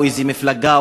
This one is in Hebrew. או איזו מפלגה,